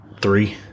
three